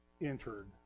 entered